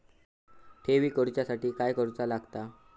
ठेवी करूच्या साठी काय करूचा लागता?